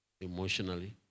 emotionally